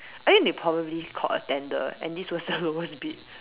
I think they probably called a tender and this was the lowest bid